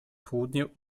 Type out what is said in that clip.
południe